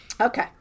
Okay